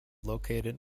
located